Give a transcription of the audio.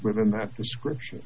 remember that description